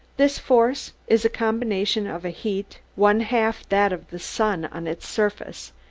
this force is a combination of a heat one-half that of the sun on its surface,